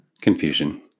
confusion